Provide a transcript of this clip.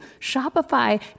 Shopify